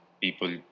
people